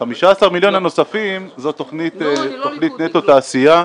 15 מיליון הנוספים זאת תוכנית "נטו תעשייה"